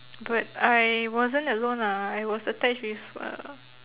but I wasn't alone lah I was attached with uh